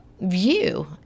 view